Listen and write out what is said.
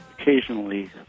occasionally